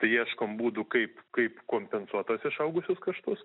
tai ieškom būdų kaip kaip kompensuot tuos išaugusius kaštus